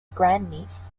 grandniece